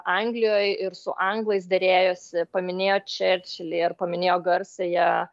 anglijoj ir su anglais derėjosi paminėjo čerčilį ir paminėjo garsiąją